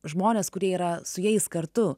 žmones kurie yra su jais kartu